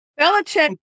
Belichick